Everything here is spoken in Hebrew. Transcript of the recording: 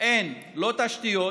אין לא תשתיות